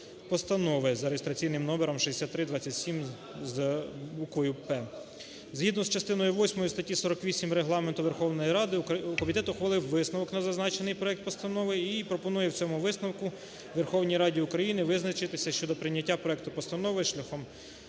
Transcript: Постанови за реєстраційним номером 6327 з буквою "П". Згідно з частиною восьмою статті 48 Регламенту Верховної Ради комітет ухвалив висновок на зазначений проект постанови і пропонує в цьому висновку Верховній Раді України визначитись щодо прийняття проекту постанови шляхом